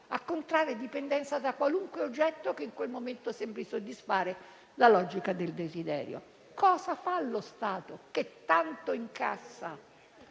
a contrarre dipendenza da qualunque oggetto che in quel momento sembri soddisfare la logica del desiderio. Cosa fa lo Stato, che tanto incassa,